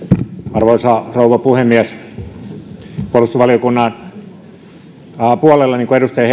arvoisa rouva puhemies puolustusvaliokunnan puolella niin kuin edustaja